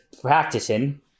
practicing